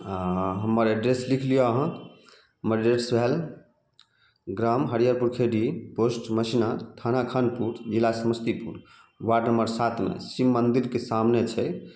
हँ हँ हमर एड्रेस लिख लिअ अहाँ हमर एड्रेस भेल ग्राम हरियरपुर छेदी पोस्ट मैहसिना थाना खानपुर जिला समस्तीपुर वाड नम्बर सातमे शिव मन्दिरके सामने छै